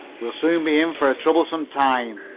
we'll soon be in for a troublesome time,